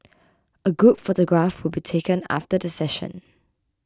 a group photograph will be taken after the session